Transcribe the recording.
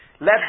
Let